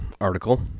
article